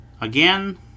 Again